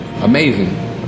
amazing